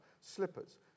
slippers